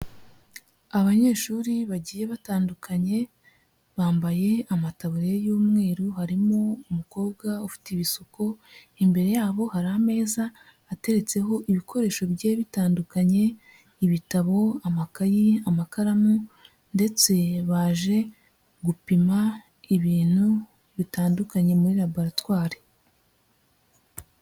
Abanyeshuri bagiye batandukanye bambaye amataburiya y'umweru harimo umukobwa ufite ibisuko imbere yabo hari ameza ateretseho ibikoresho bigiye bitandukanye ibitabo amakayi amakaramu ndetse baje gupima ibintu bitandukanye muri laboratwari.